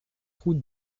route